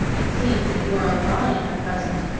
it seems that you are a lion at present,